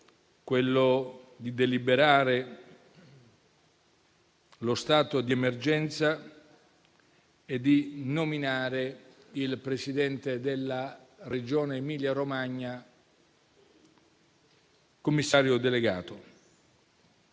volto a deliberare lo stato di emergenza e nominare il Presidente della Regione Emilia-Romagna commissario delegato.